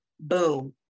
boom